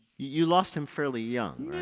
you lost him fairly young.